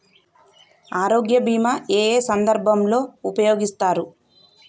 ఆరోగ్య బీమా ఏ ఏ సందర్భంలో ఉపయోగిస్తారు?